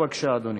בבקשה, אדוני.